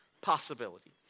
possibility